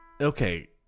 Okay